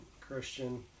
Christian